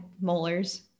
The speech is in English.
molars